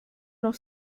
noch